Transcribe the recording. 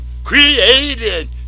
created